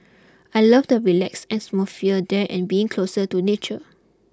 I love the relaxed atmosphere there and being closer to nature